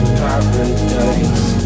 paradise